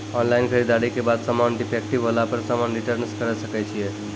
Online खरीददारी के बाद समान डिफेक्टिव होला पर समान रिटर्न्स करे सकय छियै?